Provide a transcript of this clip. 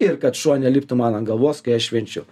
ir kad šuo neliptų man ant galvos kai aš švenčiu